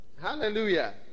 Hallelujah